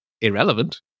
irrelevant